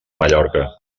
mallorca